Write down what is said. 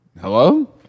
hello